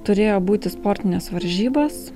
turėjo būti sportinės varžybos